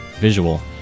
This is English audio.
visual